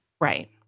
Right